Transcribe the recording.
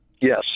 Yes